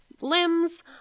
limbs